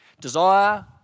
desire